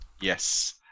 Yes